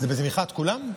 בתמיכת כולם?